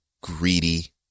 greedy